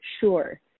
sure